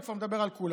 הוא כבר מדבר על כולם,